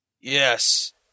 Yes